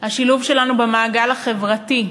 השילוב שלנו במעגל החברתי.